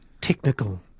technical